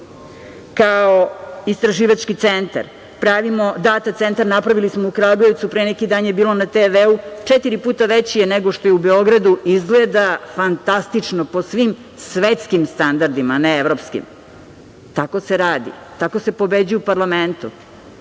kao istraživački centar, pravimo Data centar, napravili smo u Kragujevcu, pre neki dan je bilo na TV-u, četiri puta je veći nego što je u Beogradu, izgleda fantastično, po svim svetskim standardima, a ne evropskim. Tako se radi. Tako se pobeđuje u parlamentu. Meni